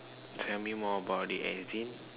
tell me more about the engine